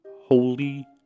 Holy